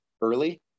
early